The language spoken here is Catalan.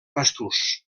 basturs